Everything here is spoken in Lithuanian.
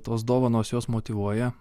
tos dovanos juos motyvuoja